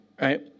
right